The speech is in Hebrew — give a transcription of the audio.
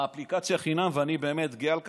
האפליקציה חינם, ואני גאה על כך.